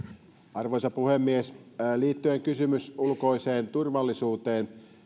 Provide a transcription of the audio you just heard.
arvoisa puhemies kysymys liittyen ulkoiseen turvallisuuteen